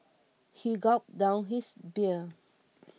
he gulped down his beer